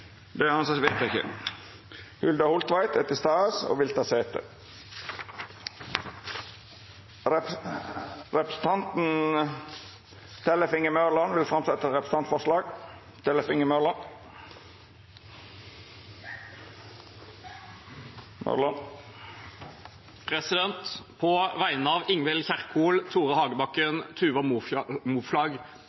stades og vil ta sete. Representanten Tellef Inge Mørland vil setja fram eit representantforslag. På vegne av Ingvild Kjerkol, Tore Hagebakken, Tuva Moflag,